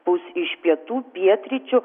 pūs iš pietų pietryčių